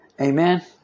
Amen